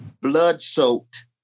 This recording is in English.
blood-soaked